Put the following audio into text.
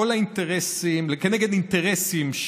פעל כנגד אינטרסים,